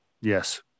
Yes